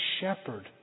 shepherd